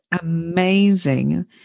amazing